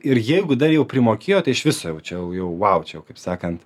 ir jeigu dar jau primokėjo tai iš viso jau čia jau jau vau čia jau kaip sakant